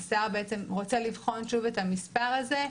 השר רוצה לבחון שוב את המספר הזה.